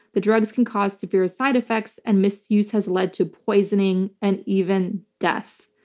the drugs can cause severe side effects, and misuse has led to poisoning and even death.